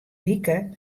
wike